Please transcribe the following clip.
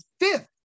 fifth